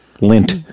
lint